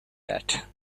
that